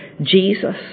jesus